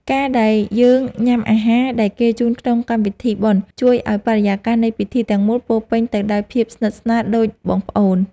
ការដែលយើងញ៉ាំអាហារដែលគេជូនក្នុងកម្មវិធីបុណ្យ ជួយឱ្យបរិយាកាសនៃពិធីទាំងមូលពោពេញទៅដោយភាពស្និទ្ធស្នាលដូចបងប្អូន។